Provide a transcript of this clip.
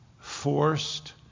forced